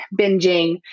binging